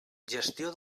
gestió